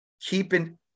keeping